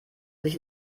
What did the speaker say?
sich